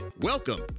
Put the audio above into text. Welcome